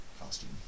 costume